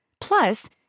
Plus